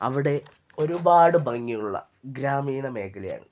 അവിടെ ഒരുപാട് ഭംഗിയുള്ള ഗ്രാമീണ മേഖലയാണ്